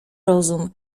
rozum